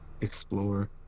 Explore